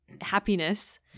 happiness